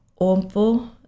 OMPO